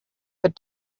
but